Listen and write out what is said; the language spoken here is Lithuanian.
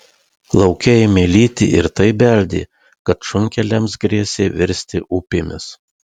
lauke ėmė lyti ir taip beldė kad šunkeliams grėsė virsti upėmis